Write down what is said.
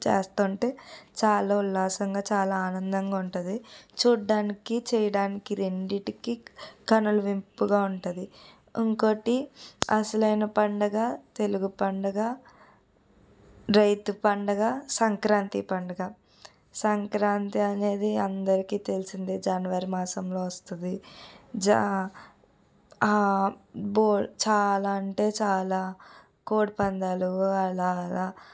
చేస్తుంటే చాలా ఉల్లాసంగా చాలా ఆనందంగా ఉంటుంది చూడ్డానికి చేయడానికి రెండింటికి కనులవింపుగా ఉంటుంది ఇంకొకటి అసలైన పండగ తెలుగు పండగ రైతు పండుగ సంక్రాంతి పండుగ సంక్రాంతి అనేది అందరికీ తెలిసిందే జనవరి మాసంలో వస్తుంది జ బోల్ చాలా అంటే చాలా కోడిపందాలు అలా అలా